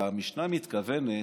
אלא המשנה מתכוונת,